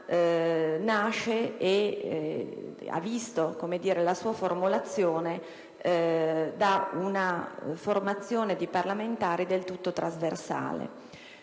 nasce e ha visto la sua formulazione da una formazione di parlamentari del tutto trasversale.